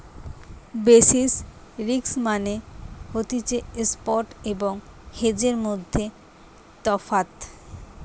basis risk মানে হতিছে spot এবং হেজের মধ্যে তফাৎ